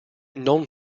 non